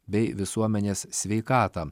bei visuomenės sveikatą